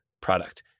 product